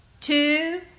two